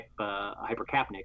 hypercapnic